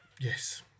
Yes